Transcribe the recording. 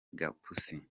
gapusi